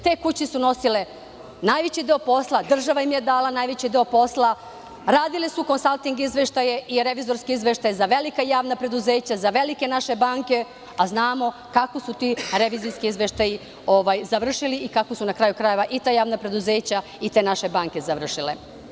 Te kuće su nosile najveći deo posla, država im je dala najveći deo posla, radili su konsalting izveštaje i revizorske izveštaje za velika javna preduzeća, za velike naše banke, a znamo kako su ti revizorski izveštaji završili i kako su na kraju krajeva ta javna preduzeća i te naše banke završile.